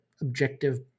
objective